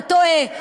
אתה טועה.